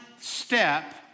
step